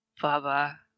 Baba